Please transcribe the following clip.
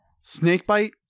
Snakebite